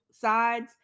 sides